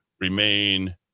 remain